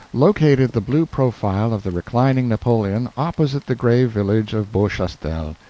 located the blue profile of the reclining napoleon opposite the gray village of beauchastel.